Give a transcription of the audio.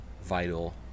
vital